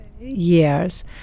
years